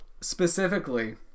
specifically